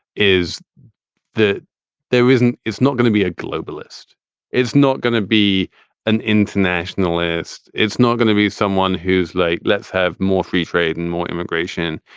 is that there isn't. it's not going to be a globalist it's not going to be an internationalist. it's not going to be someone who's like, let's have more free trade and more immigration.